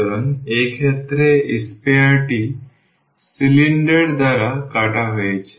সুতরাং এই ক্ষেত্রে sphere টি সিলিন্ডার দ্বারা কাটা হয়েছিল